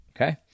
Okay